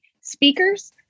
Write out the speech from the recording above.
speakers